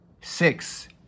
Six